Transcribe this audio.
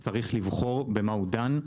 צריך לבחור במה הוא דן.